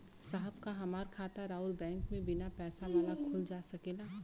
साहब का हमार खाता राऊर बैंक में बीना पैसा वाला खुल जा सकेला?